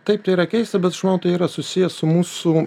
taip tai yra keista bet aš manau tai yra susiję su mūsų